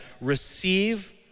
receive